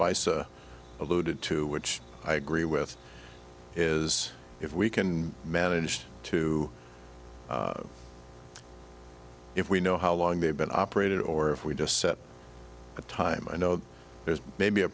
by so alluded to which i agree with is if we can managed to if we know how long they've been operated or if we just set a time i know there's maybe a